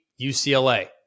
UCLA